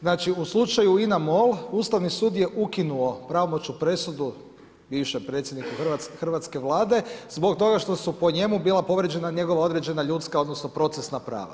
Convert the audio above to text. Znači u slučaju INA MOL Ustavni sud je ukinuo pravomoćnu presudu bivšem predsjedniku Hrvatske Vlade zbog toga što su po njemu bila povrijeđena njegova određena ljudska, odnosno procesna prava.